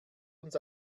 uns